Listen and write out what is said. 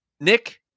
Nick